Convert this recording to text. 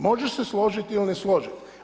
Može se složiti ili ne složiti.